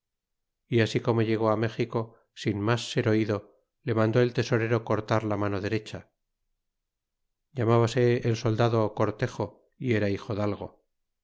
y así como llegó méxico sin mas ser oido le mandó el tesorero cortar la mano derecha llambase el soldado cortejo y era hijodalgo y